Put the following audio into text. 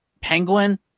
Penguin